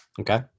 Okay